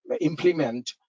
implement